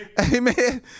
Amen